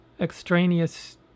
extraneous